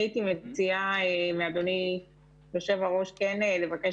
אני הייתי מציעה לאדוני היושב-ראש כן לבקש